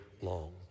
long